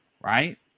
right